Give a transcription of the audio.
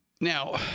Now